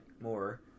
more